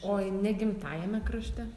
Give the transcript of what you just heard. oi negimtajame krašte